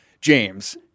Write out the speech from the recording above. James